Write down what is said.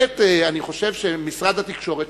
אני חושב בהחלט שמשרד התקשורת,